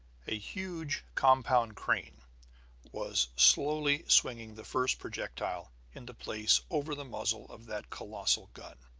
a huge compound crane was slowly swinging the first projectile into place over the muzzle of that colossal gun.